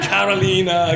Carolina